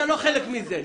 אתה לא חלק מזה.